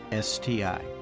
STI